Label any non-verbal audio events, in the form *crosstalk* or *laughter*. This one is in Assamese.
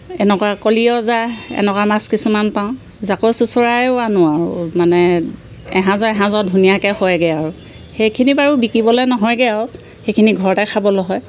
এনেকুৱা কলিৰজা এনেকুৱা মাছ কিছুমান পাওঁ জাকৈ চুচৰাইও আনো আৰু মানে *unintelligible* ধুনীয়াকে হয়গে আৰু সেইখিনি বাৰু বিকিবলে নহয়গে আও সেইখিনি ঘৰতে খাবলৈ হয়